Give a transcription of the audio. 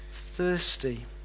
thirsty